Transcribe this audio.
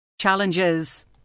Challenges